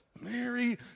Mary